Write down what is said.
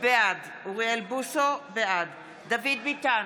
בעד דוד ביטן,